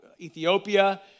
Ethiopia